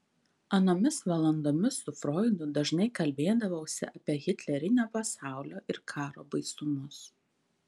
anomis valandomis su froidu dažnai kalbėdavausi apie hitlerinio pasaulio ir karo baisumus